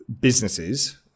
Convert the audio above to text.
businesses